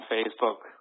Facebook